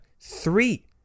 three